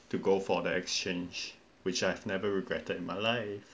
to go for the exchange which I've never regretted in my life